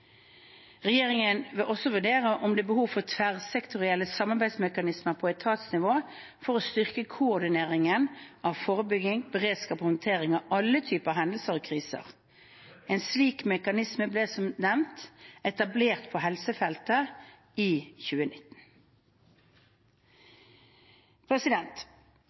Regjeringen vil også vurdere om det er behov for tverrsektorielle samarbeidsmekanismer på etatsnivå for å styrke koordineringen av forebygging, beredskap og håndtering av alle typer hendelser og kriser. En slik mekanisme ble som nevnt etablert på helsefeltet i